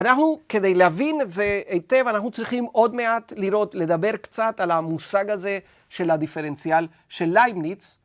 אנחנו כדי להבין את זה היטב, אנחנו צריכים עוד מעט לראות, לדבר קצת על המושג הזה של הדיפרנציאל של ליימניץ.